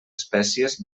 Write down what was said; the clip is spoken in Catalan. espècies